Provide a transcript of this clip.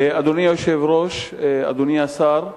אדוני היושב-ראש, אדוני השר,